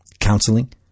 counseling